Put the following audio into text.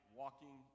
walking